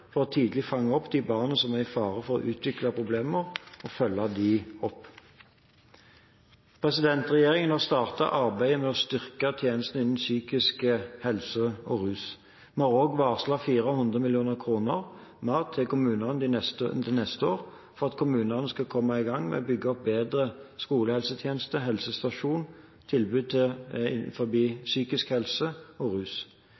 bedre for tidlig å fange opp de barna som er i fare for å utvikle problemer, og følge dem opp. Regjeringen har startet arbeidet med å styrke tjenestene innen psykisk helse og rus. Vi har også varslet 400 mill. kr mer til kommunene til neste år, for at kommunene skal komme i gang med å bygge opp en bedre skolehelsetjeneste og helsestasjonstjeneste og et bedre tilbud innenfor psykisk helse og rus.